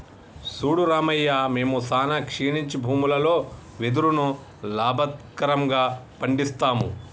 సూడు రామయ్య మేము సానా క్షీణించి భూములలో వెదురును లాభకరంగా పండిస్తాము